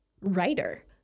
writer